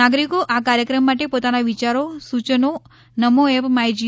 નાગરિકો આ કાર્યક્રમ માટે પોતાના વિચારો સૂચનો નમો એપ માય જી